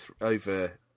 over